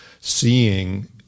seeing